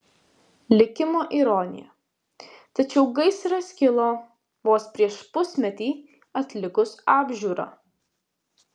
likimo ironija tačiau gaisras kilo vos prieš pusmetį atlikus apžiūrą